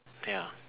ya